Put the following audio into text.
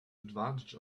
advantage